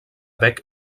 bec